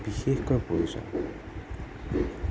বিশেষকৈ প্ৰয়োজন